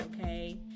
Okay